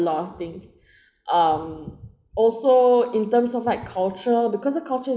a lot of things um also in terms of like culture because a culture is